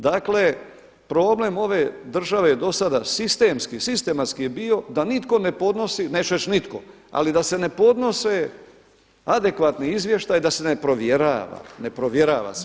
Dakle problem ove države je do sada sistemski, sistematski je bio da nitko ne ponosi, neću reći nitko ali da se ne podnose adekvatni izvještaji, da se ne provjerava, ne provjerava se.